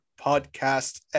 podcast